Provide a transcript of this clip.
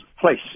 place